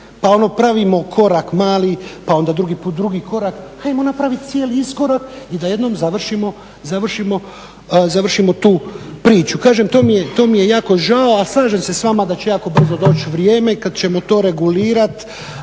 pa ono pravimo korak mali, pa onda drugi put drugi korak. Hajmo napraviti cijeli iskorak i da jednom završimo tu priču. To mi je jako žao, a slažem se s vama da će jako brzo doći vrijeme kada ćemo to regulirati